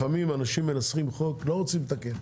לפעמים אנשים מנסחים חוק ולא רוצים לתקן,